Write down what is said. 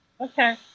okay